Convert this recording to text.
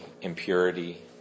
impurity